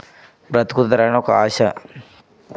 బ్రతుకుతారని ఒక ఆశ